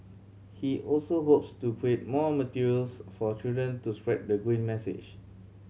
he also hopes to create more materials for children to spread the green message